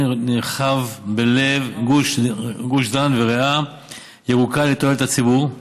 נרחב בלב גוש דן וריאה ירוקה לטובת הציבור,